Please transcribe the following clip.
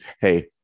Hey